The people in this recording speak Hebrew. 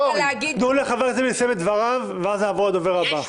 תנו לחבר הכנסת טיבי לסיים את דבריו ואז נעבור לדובר הבא.